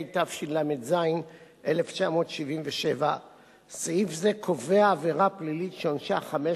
התשל"ז 1977. סעיף זה קובע עבירה פלילית שעונשה חמש